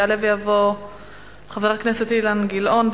יעלה ויבוא חבר הכנסת אילן גילאון,